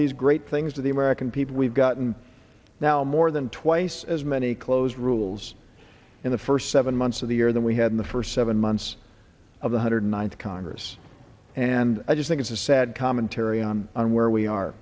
these great things for the american people we've gotten now more than twice as many close rules in the first seven months of the year than we had in the first seven months of one hundred ninth congress and i just think it's a sad commentary on where we are